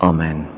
Amen